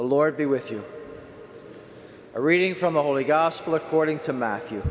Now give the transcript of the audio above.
the lord be with you a reading from the holy gospel according to matthew